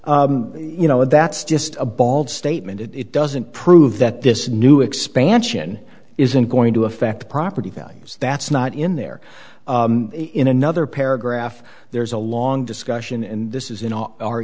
you know that's just a bald statement it doesn't prove that this new expansion isn't going to affect property values that's not in there in another paragraph there's a long discussion and this is in our